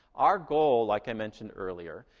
our goal, like i mentioned earlier,